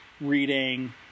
reading